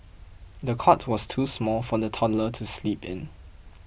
the cot was too small for the toddler to sleep in